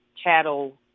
cattle